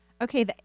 Okay